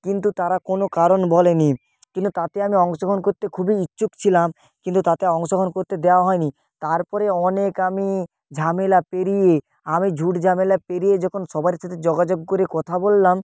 কিন্তু তারা কোনও কারণ বলেনি কিন্তু তাতে আমি অংশগ্রহণ করতে খুবই ইচ্ছুক ছিলাম কিন্তু তাতে অংশগ্রহণ করতে দেওয়া হয়নি তারপরে অনেক আমি ঝামেলা পেরিয়ে আমি ঝুট ঝামেলা পেরিয়ে যখন সবার সাথে যোগাযোগ করে কথা বললাম